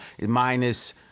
minus